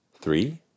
Three